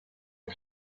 phd